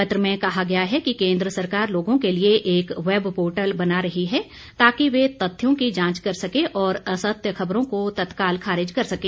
पत्र में कहा गया है कि केंद्र सरकार लोगों के लिए एक वेबपोर्टल बना रही है ताकि वे तथ्यों की जांच कर सके और असत्य खबरों को तत्काल खारिज कर सके